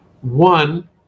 one